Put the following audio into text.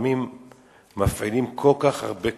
לפעמים מפעילים כל כך הרבה כוחות,